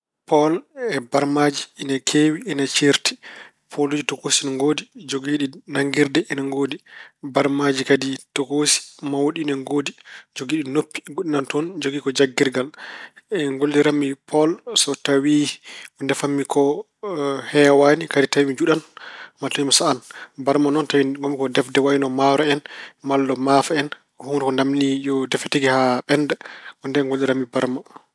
Pool e barmaaji ina keewi, ina ceerti. Pooluuji tokosi ina ngoodi, jogiiɗi nanngirde ina ngoodi. Barmaaji kadi tokosi, mawɗi ina ngoodi, jogiiɗi noppi, goɗɗi nana toon njogii ko janngirgal. Ngolliran mi pool so tawi ko ndefan mi ko heewaani kadi tawi mi juɗan maa tawi mi sahan. Barma tawi ngonmi ko e defte wayno maaro en malla maafe en, huunde ko naamdi yo defe tigi haa ɓennda, ko ndeen ngolliran mi barma.